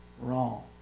wrong